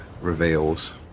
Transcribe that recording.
reveals